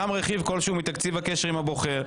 שם רכיב כלשהו מתקציב הקשר עם הבוחר.